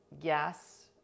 yes